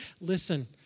listen